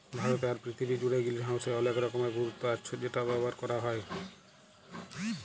ভারতে আর পীরথিবী জুড়ে গ্রিনহাউসের অলেক রকমের গুরুত্ব আচ্ছ সেটা ব্যবহার ক্যরা হ্যয়